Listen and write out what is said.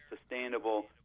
sustainable